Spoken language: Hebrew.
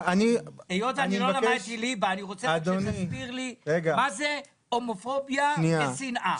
היות שלא למדתי ליבה אני רוצה שתסביר לי מה זה הומופוביה ושנאה.